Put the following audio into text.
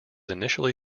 initially